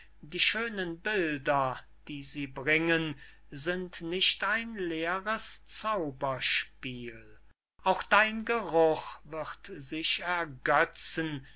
die schönen bilder die sie bringen sind nicht ein leeres zauberspiel auch dein geruch wird sich ergetzen